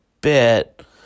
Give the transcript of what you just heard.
bit